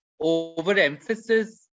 overemphasis